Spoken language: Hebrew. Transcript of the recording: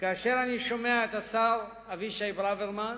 שכאשר אני שומע את השר אבישי ברוורמן,